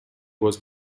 was